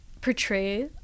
portray